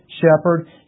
shepherd